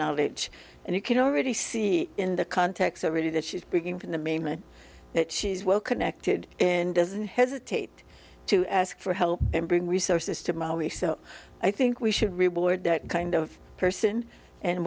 knowledge and you can already see in the context already that she's bringing in the main way that she's well connected and doesn't hesitate to ask for help and bring resources to my way so i think we should reward that kind of person and